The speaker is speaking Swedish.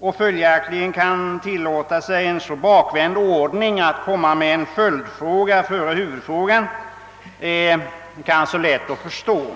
och följaktligen kan tillåta sig en så bakvänd ordning som att komma med en följdfråga före huvudfrågan, är kanske lätt att förstå.